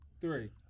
three